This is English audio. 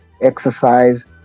Exercise